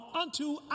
unto